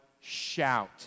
shout